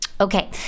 Okay